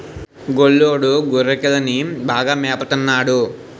గొల్లోడు గొర్రెకిలని బాగా మేపత న్నాడు